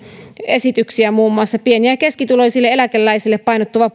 esityksiä muun muassa pieni ja keskituloisille eläkeläisille painottuva